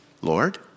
Lord